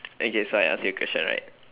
okay so I ask you a question right